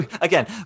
Again